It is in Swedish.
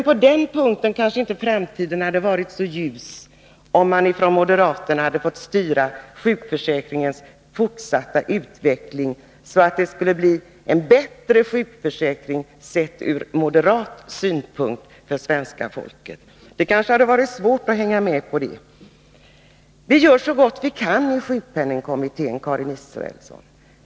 På den punkten kanske framtiden inte hade varit så ljus, om moderaterna hade fått styra sjukförsäkringens fortsatta utveckling, så att det skulle ha blivit en bättre sjukförsäkring för svenska folket, sett ur moderat synpunkt. Det kanske hade varit svårt att hänga med på den. Vi gör så gott vi kan i sjukpenningkommittén, Karin Israelsson.